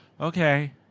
okay